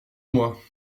mois